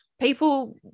people